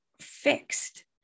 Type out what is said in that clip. fixed